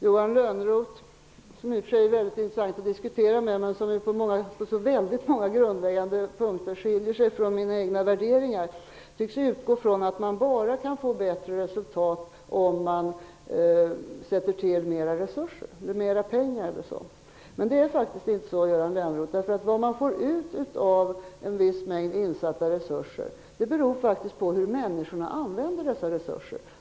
Johan Lönnroth, som i och för sig är intressant att diskutera med men som på väldigt många grundläggande punkter skiljer sig från mig när det gäller värderingarna, tycks utgå från att man bara kan uppnå bättre resultat om man sätter till mera resurser eller pengar. Men det är faktiskt inte så, Johan Lönnroth, därför att vad man får ut av en viss mängd insatta resurser beror faktiskt på hur människorna använder dessa resurser.